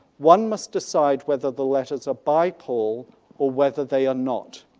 one must decide whether the letters are by paul or whether they are not.